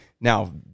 Now